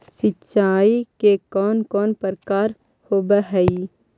सिंचाई के कौन कौन प्रकार होव हइ?